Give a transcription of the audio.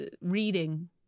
reading